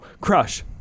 Crush